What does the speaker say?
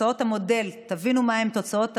תוצאות המודל, תבינו מהן תוצאות המודל,